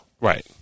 Right